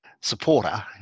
supporter